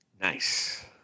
Nice